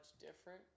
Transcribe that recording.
different